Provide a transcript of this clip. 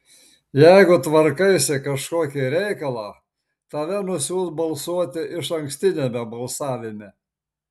jeigu tvarkaisi kažkokį reikalą tave nusiųs balsuoti išankstiniame balsavime